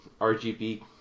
RGB